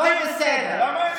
הכול בסדר.